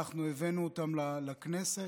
אנחנו הבאנו אותם לכנסת.